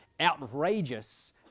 outrageous